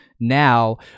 now